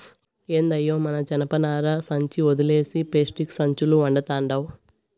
ఏందయ్యో మన జనపనార సంచి ఒదిలేసి పేస్టిక్కు సంచులు వడతండావ్